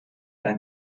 ein